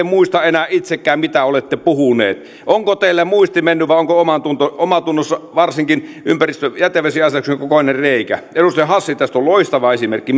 muista enää itsekään mitä olette puhunut onko teiltä muisti mennyt vai onko omassatunnossanne varsinkin jätevesiasetuksen kokoinen reikä edustaja hassi tästä on loistava esimerkki